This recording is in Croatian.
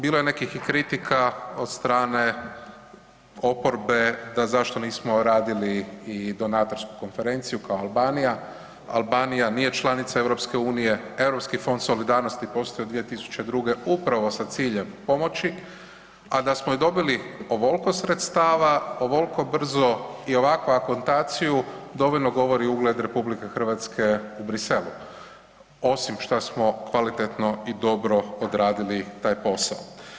Bilo je i nekih kritika od strane oporbe da zašto nismo radili i donatorsku konferenciju kao Albanija, Albanija nije članica EU, Europski fond solidarnosti od 2002. upravo sa ciljem pomoći, a da smo ju dobili ovolko sredstava, ovolko brzo i ovakvu akontaciju dovoljno govori ugled RH u Briselu, osim šta smo kvalitetno i dobro odradili taj posao.